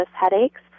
headaches